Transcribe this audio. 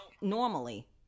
normally